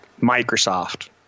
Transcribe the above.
Microsoft